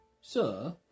Sir